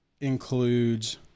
includes